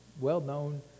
well-known